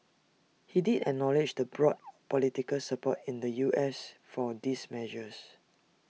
he did acknowledge the broad political support in the U S for these measures